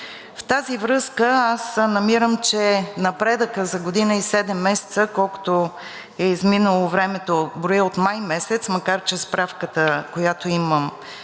В тази връзка аз намирам, че напредъкът за година и седем месеца, колкото е изминалото време – броя от май месец, макар че справката, която имам